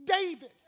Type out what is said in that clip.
David